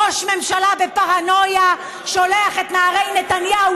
ראש ממשלה בפרנויה שולח את נערי נתניהו